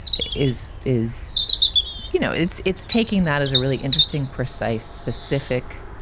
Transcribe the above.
is is you know, it's it's taking that as a really interesting, precise, specific,